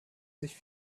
sich